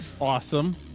awesome